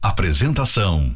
Apresentação